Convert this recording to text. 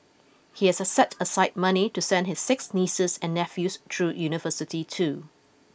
he has set aside money to send his six nieces and nephews through university too